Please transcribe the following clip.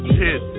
hit